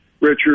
Richard